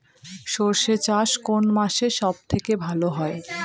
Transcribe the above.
সর্ষে চাষ কোন মাসে সব থেকে ভালো হয়?